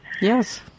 Yes